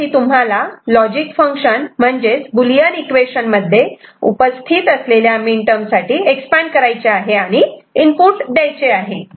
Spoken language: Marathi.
त्यासाठी तुम्हाला लॉजिक फंक्शन म्हणजेच बुलियन इक्वेशन मध्ये उपस्थित असलेल्या मीन टर्म साठी एक्सपांड करायचे आहे आणि इनपुट द्यायचे आहे